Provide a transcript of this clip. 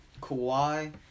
Kawhi